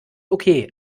okay